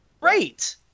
great